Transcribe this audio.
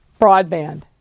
broadband